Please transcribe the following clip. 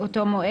סעיף (ו)